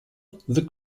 the